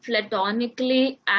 platonically